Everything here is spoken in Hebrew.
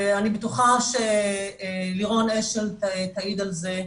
ואני בטוחה שלירון אשל תעיד על זה,